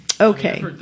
Okay